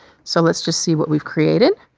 so let's just see what we've created.